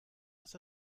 dass